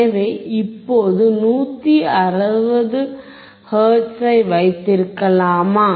எனவே இப்போது 160 ஹெர்ட்ஸை வைத்திருக்கலாமா